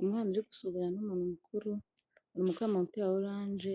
Umwana uri gusuhuzanya n'umuntu mukuru, umuntu mukuru yambaye umupira wa oranje,